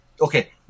Okay